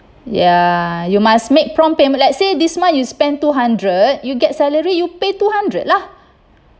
ya you must make prompt payment let's say this month you you spend two hundred you get salary you pay two hundred lah